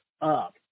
up